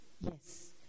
yes